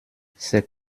c’est